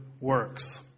works